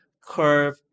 Curve